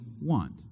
want